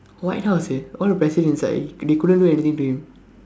white house eh all the president inside they couldn't do anything to him